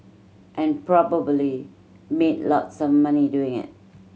and probably made lots of money doing it